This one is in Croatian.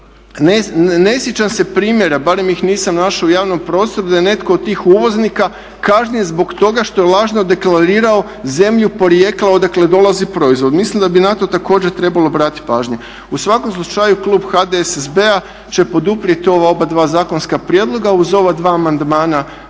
Ne sjećam se primjera barem ih nisam našao u javnom prostoru da je netko od tih uvoznika kažnjen zbog toga što je lažno deklarirao zemlju porijekla odakle dolazi proizvod. Mislim da bi na to također trebalo obratiti pažnje. U svakom slučaju klub HDSSBN-a će poduprijeti ova oba zakonska prijedloga uz ova dva amandmana